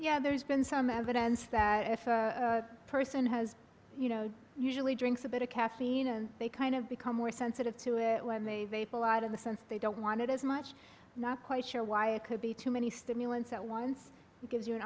yeah there's been some evidence that if a person has you know usually drinks a bit of caffeine and they kind of become more sensitive to it when they pull out of the sense they don't want it as much not quite sure why it could be too many stimulants at once gives you an